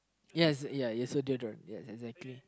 yes yes exactly